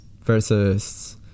versus